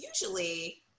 usually